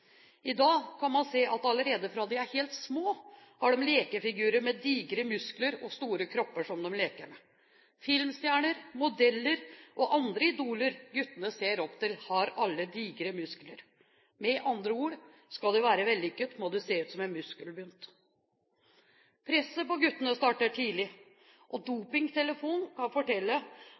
I dag kan man se at allerede fra de er helt små, har de lekefigurer med digre muskler og store kropper som de leker med. Filmstjerner, modeller og andre idoler guttene ser opp til, har alle digre muskler. Med andre ord: Skal du være vellykket, må du se ut som en muskelbunt. Presset på guttene starter tidlig, og dopingtelefonen kan fortelle